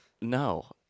no